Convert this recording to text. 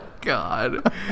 God